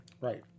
Right